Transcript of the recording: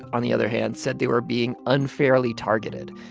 on the other hand, said they were being unfairly targeted.